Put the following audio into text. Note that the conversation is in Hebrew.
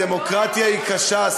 הדמוקרטיה היא קשה,